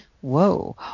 whoa